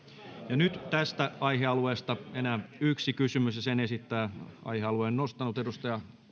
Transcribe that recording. nyt tästä aihealueesta enää yksi kysymys ja sen esittää aihealueen nostanut edustaja